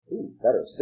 Better